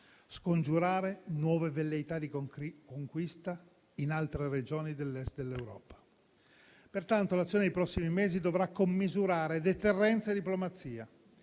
scongiurare nuove velleità di conquista in altre regioni dell'Est dell'Europa. Pertanto, l'azione dei prossimi mesi dovrà commisurare deterrenza e diplomazia,